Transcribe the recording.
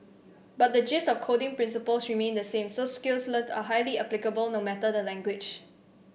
but the gist of coding principle remained the same so skills learnt are highly applicable no matter the language